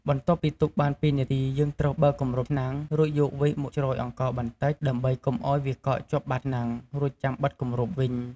បន្ទាប់ពីទុកបាន២នាទី យើងត្រូវបើកគម្របឆ្នាំង រួចយកវែកមកជ្រោយអង្ករបន្តិច ដើម្បីកុំឱ្យវាកកជាប់បាតឆ្នាំង រួចចាំបិទគម្របវិញ។